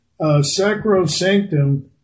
Sacrosanctum